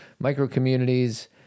micro-communities